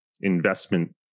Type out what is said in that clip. investment